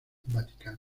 vaticana